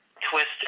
twister